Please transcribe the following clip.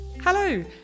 Hello